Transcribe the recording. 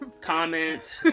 Comment